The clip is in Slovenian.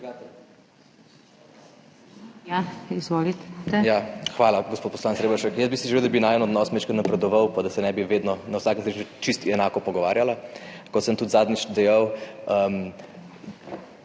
Hvala. Gospod poslanec Reberšek, jaz bi si želel, da bi najin odnos majčkeno napredoval in da se ne bi vedno na vsakem srečanju čisto enako pogovarjala. Kot sem tudi zadnjič dejal,